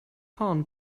vorn